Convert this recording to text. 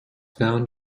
found